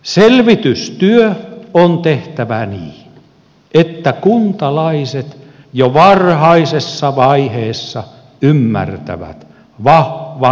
selvitystyö on tehtävä niin että kuntalaiset jo varhaisessa vaiheessa ymmärtävät vahvan peruskunnan edut